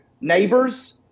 neighbors